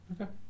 Okay